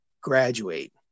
graduate